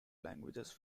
languages